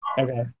okay